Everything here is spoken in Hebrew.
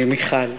מיכל.